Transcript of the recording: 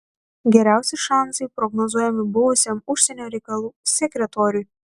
geriausi šansai prognozuojami buvusiam užsienio reikalų sekretoriui